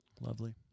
Lovely